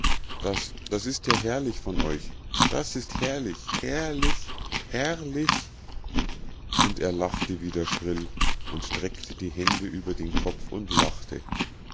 das das ist ja herrlich von euch das ist herrlich herrlich herrlich und er lachte wieder schrill und streckte die hände über den kopf und lachte